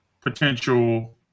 potential